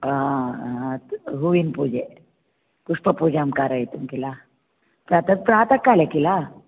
हो हूवन्पूजे पुष्पपूजां कारयितुं किल तत् प्रातः काले किल